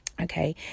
okay